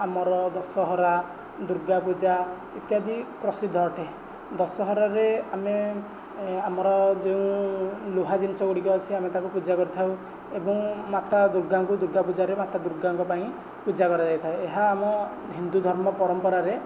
ଆମର ଦଶହରା ଦୁର୍ଗାପୂଜା ଇତ୍ୟାଦି ପ୍ରସିଦ୍ଧ ଅଟେ ଦଶହରାରେ ଆମେ ଆମର ଯେଉଁ ଲୁହା ଜିନିଷ ଗୁଡ଼ିକ ଅଛି ତାକୁ ପୂଜା କରିଥାଉ ଏବଂ ମାତା ଦୁର୍ଗାଙ୍କୁ ଦୁର୍ଗା ପୂଜାରେ ମାତା ଦୁର୍ଗାଙ୍କ ପାଇଁ ପୂଜା କରାଯାଇଥାଏ ଏହା ଆମ ହିନ୍ଦୁ ଧର୍ମ ପରମ୍ପରାରେ